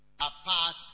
apart